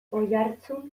oiartzun